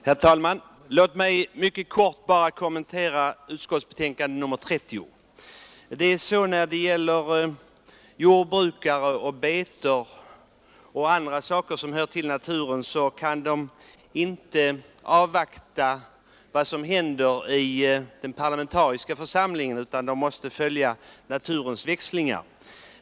Herr talman! Låt mig mycket kort kommentera jordbruksutskottets betänkande nr 30. Sockerbetsodlarna kan som alla förstår inte när de skall så sina sockerbetor först avvakta vad som skall hända i vår parlamentariska församling, utan de måste anpassa sig till årstidernas växlingar.